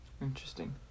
Interesting